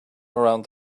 around